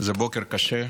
זה בוקר קשה.